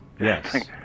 yes